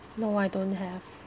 no I don't have